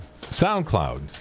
SoundCloud